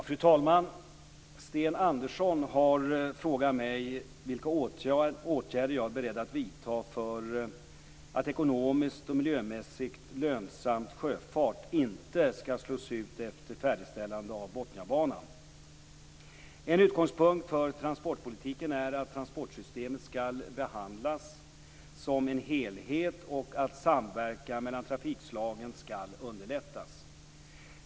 Fru talman! Sten Andersson har frågat mig vilka åtgärder jag är beredd att vidta för att ekonomiskt och miljömässigt lönsam sjöfart inte skall slås ut efter färdigställandet av Botniabanan. En utgångspunkt för transportpolitiken är att transportsystemet skall behandlas som en helhet och att samverkan mellan trafikslagen skall underlättas.